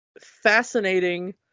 fascinating